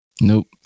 Nope